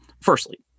Firstly